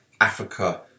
Africa